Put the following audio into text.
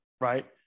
right